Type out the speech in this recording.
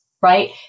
right